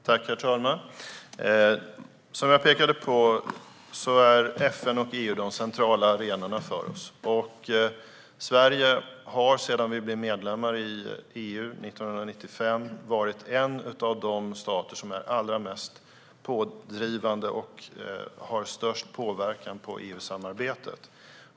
Herr talman! Som jag påpekade är FN och EU de centrala arenorna för oss. Sverige har sedan vi blev medlem i EU 1995 varit en av de stater som är allra mest pådrivande och har störst påverkan på EU-samarbetet.